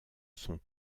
son